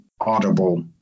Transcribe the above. audible